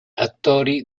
attori